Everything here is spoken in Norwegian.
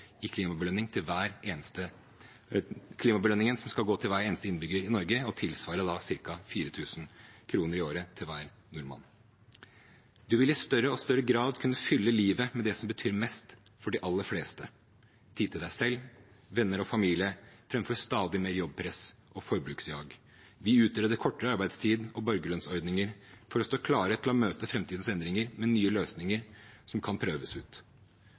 som skal gå til hver eneste innbygger i Norge, og som tilsvarer ca. 4 000 kr i året til hver nordmann. Man vil i større og større grad kunne fylle livet med det som betyr mest for de aller fleste: tid til seg selv, venner og familie, framfor stadig mer jobbpress og forbruksjag. Vi utreder kortere arbeidstid og borgerlønnsordninger for å stå klare til å møte framtidens endringer med nye løsninger som kan prøves ut.